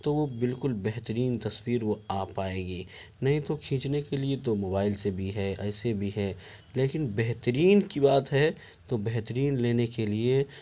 تو وہ بالکل بہترین تصویر وہ آ پائے گی نہیں تو کھینچنے کے لیے تو موبائل سے بھی ہے ایسے بھی ہے لیکن بہترین کی بات ہے تو بہترین لینے کے لیے